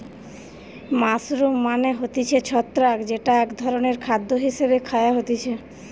mushroom মানে হতিছে ছত্রাক যেটা এক ধরণের খাদ্য হিসেবে খায়া হতিছে